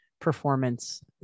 performance